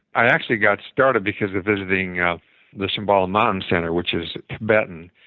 i actually got started because of visiting the symbol of man center, which is tibetan.